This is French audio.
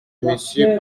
monsieur